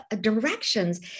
directions